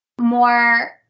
more